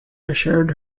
assured